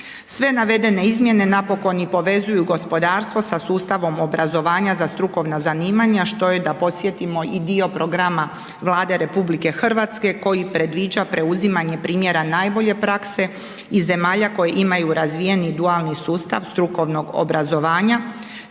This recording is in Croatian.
Sve navedene izmjene napokon i povezuju gospodarstvo sa sustavom obrazovanja za strukovna zanimanja, što je, da podsjetimo i dio programa Vlade RH, koji predviđa preuzimanje primjera najbolje prakse iz zemalja koje imaju razvijeni dualni sustav strukovnog obrazovanja